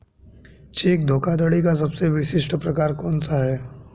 Check धोखाधड़ी का सबसे विशिष्ट प्रकार कौन सा है?